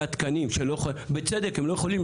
והתקנים שלא יכולים לגייס,